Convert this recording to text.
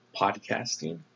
podcasting